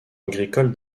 agricole